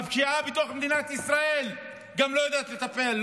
גם בפשיעה במדינת ישראל היא לא יודעת לתת פתרון,